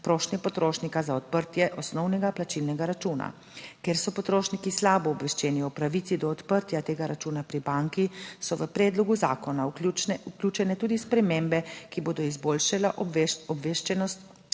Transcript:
prošnje potrošnika za odprtje osnovnega plačilnega računa, ker so potrošniki slabo obveščeni o pravici do odprtja tega računa pri banki, so v predlogu zakona vključene tudi spremembe, ki bodo izboljšale obveščenost